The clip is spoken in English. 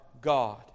God